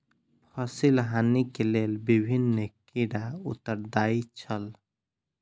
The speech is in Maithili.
फसिल हानि के लेल विभिन्न कीड़ा उत्तरदायी छल